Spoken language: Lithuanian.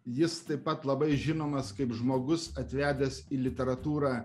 jis taip pat labai žinomas kaip žmogus atvedęs į literatūrą